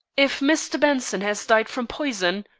if mr. benson has died from poison,